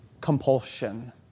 compulsion